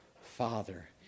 Father